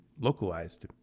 localized